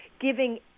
giving